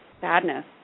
sadness